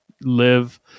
live